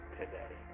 today